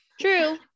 true